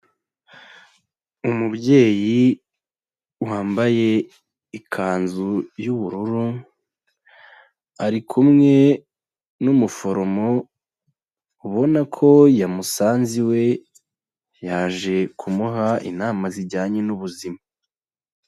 Umubyeyi wambaye ikanzu y'ubururu, arikumwe n'umuforomo ubona ko yamusanze iwe, yaje kumuha inama zijyanye n'ubuzima.